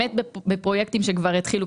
בפרויקטים שכבר התחילו.